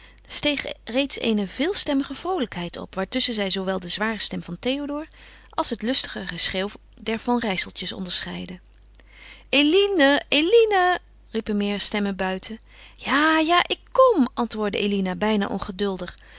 reeds eene veelstemmige vroolijkheid op waartusschen zij zoowel de zware stem van théodore als het lustige geschreeuw der van rijsseltjes onderscheidde eline eline riepen meer stemmen buiten ja ja ik kom antwoordde eline bijna